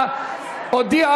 נתקבלה.